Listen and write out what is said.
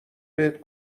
بهت